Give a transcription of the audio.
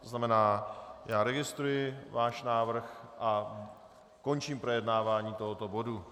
To znamená, registruji váš návrh a končím projednávání tohoto bodu.